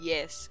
Yes